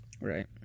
Right